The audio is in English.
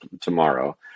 tomorrow